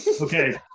Okay